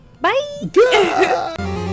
Bye